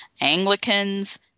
Anglicans